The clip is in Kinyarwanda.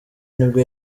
nibwo